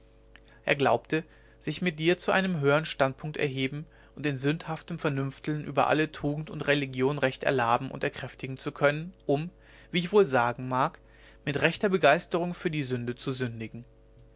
er glaubte sich mit dir zu einem höhern standpunkt erheben und in sündhaftem vernünfteln über alle tugend und religion recht erlaben und erkräftigen zu können um wie ich wohl sagen mag mit rechter begeisterung für die sünde zu sündigen